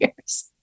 years